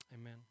Amen